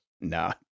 No